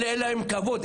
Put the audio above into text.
אלה, אי להם כבוד.